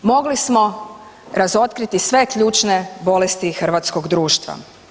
Mogli smo razotkriti sve ključne bolesti hrvatskog društva.